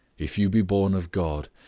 if you be born of god,